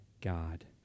God